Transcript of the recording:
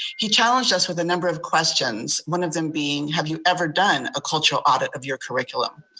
he challenged us with a number of questions, one of them being, have you ever done a cultural audit of your curriculum?